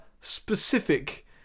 specific